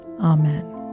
Amen